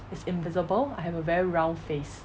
is invisible I have a very round face